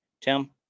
Tim